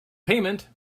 payment